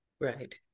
Right